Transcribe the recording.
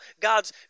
God's